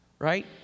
Right